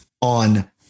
on